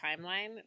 timeline